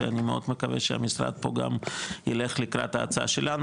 ואני מאוד מקווה שהמשרד פה גם ילך לקראת ההצעה שלנו,